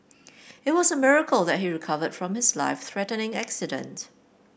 it was a miracle that he recovered from his life threatening accident